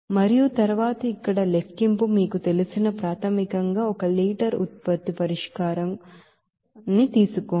మరియు తరువాత ఇక్కడ లెక్కింపు మీకు తెలిసిన ప్రాతిపదికగా ఒక లీటర్ ఉత్పత్తి పరిష్కారాన్ని తీసుకోండి